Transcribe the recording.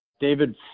David